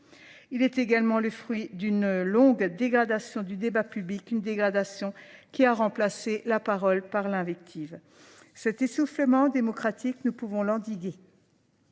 Il est également le fruit d'une longue dégradation du débat public, une dégradation qui a remplacé la parole par l'invective. Cet essoufflement démocratique, nous pouvons l'endiguer.